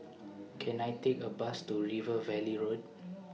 Can I Take A Bus to River Valley Road